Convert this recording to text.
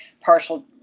partial